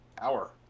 hour